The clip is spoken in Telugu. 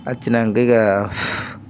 వచ్చినాక ఇంకా